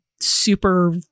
Super